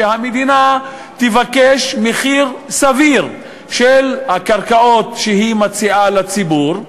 המדינה תבקש מחיר סביר על הקרקעות שהיא מציעה לציבור,